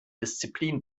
disziplin